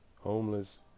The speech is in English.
homeless